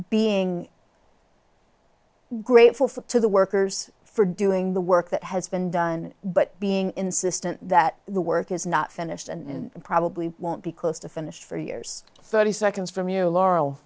being grateful to the workers for doing the work that has been done but being insistent that the work is not finished and probably won't be close to finished for years thirty seconds from you laurel